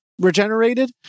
regenerated